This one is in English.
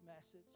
message